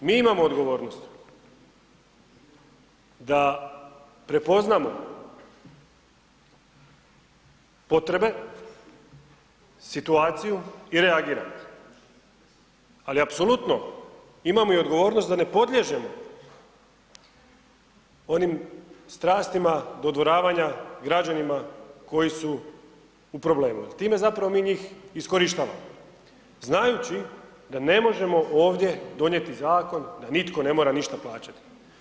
No, mi imamo odgovornost da prepoznamo potrebe, situaciju i reagiramo, ali apsolutno imamo i odgovornost da ne podliježemo onim strastima dodvoravanja građanima koji su u problemu jer time zapravo mi njih iskorištavamo znajući da ne možemo ovdje donijeti zakon da nitko ne mora ništa plaćati.